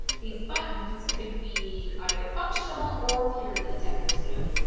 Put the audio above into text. these buttons could be either functional or purely decorative.